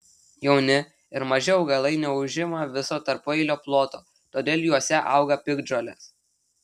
jauni ir maži augalai neužima viso tarpueilio ploto todėl juose auga piktžolės